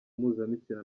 mpuzabitsina